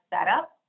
setup